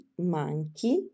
manchi